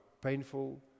painful